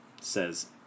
says